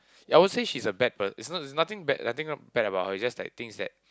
ya I won't say she's a bad per~ it's not it's nothing bad nothing bad about her it's just like things that